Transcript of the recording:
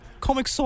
Comic